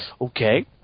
okay